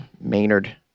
Maynard